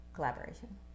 collaboration